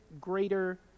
greater